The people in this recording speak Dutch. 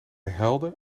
huilde